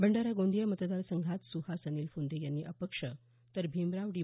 भंडारा गोंदिया मतदार संघात सुहास अनिल फुंदे यांनी अपक्ष तर भीमराव डी